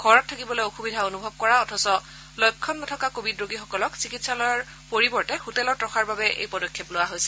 ঘৰত থাকিবলৈ অসুবিধা অনুভৱ কৰা অথচ লক্ষণ নথকা কভিড ৰোগীসকলক চিকিৎসালয়ৰ পৰিৱৰ্তে হোটেলত ৰখাৰ বাবে এই পদক্ষেপ লোৱা হৈছে